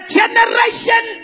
generation